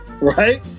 right